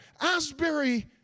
Asbury